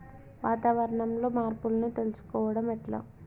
వాతావరణంలో మార్పులను తెలుసుకోవడం ఎట్ల?